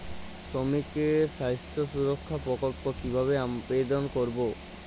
শ্রমিকের স্বাস্থ্য সুরক্ষা প্রকল্প কিভাবে আবেদন করবো?